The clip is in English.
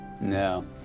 No